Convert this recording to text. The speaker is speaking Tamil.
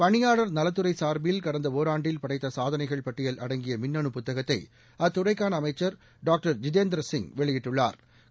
பணியாளா் நலத்துறை சாா்பில் கடந்த ஒராண்டில் படைத்த சாதனைகள் பட்டியல் அடங்கிய மின்னணு புத்தகத்தை அத்துறைக்கான அமைச்சா் டாக்டா் ஜிதேந்திரசிப் தெரிவித்துள்ளாா்